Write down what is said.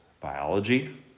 biology